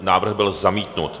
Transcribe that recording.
Návrh byl zamítnut.